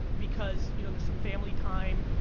because you know there's some family time.